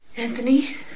Anthony